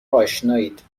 آشنایید